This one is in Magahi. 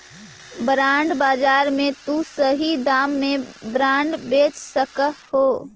बॉन्ड बाजार में तु सही दाम में बॉन्ड बेच सकऽ हे